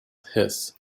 his